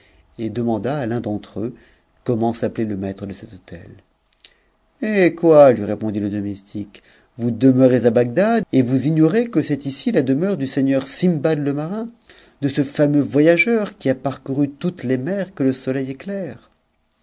et demanda à l'un d'entre eux comment s'appe maître de cet hôte hé quoi lui répondit le domestique y demeurez à bagdad et vous ignorez que c'est ici la demeure du seignp sindbad le marin de ce fameuxvoyageur qui a parcouru toutes les mp que le soleil éc